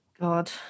God